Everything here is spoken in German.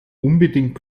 unbedingt